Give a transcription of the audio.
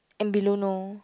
and below no